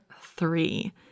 three